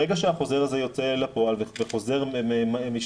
ברגע שהחוזר הזה יוצא אל הפועל וחוזר משנה